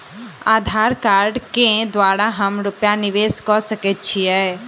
आधार कार्ड केँ द्वारा हम रूपया निवेश कऽ सकैत छीयै?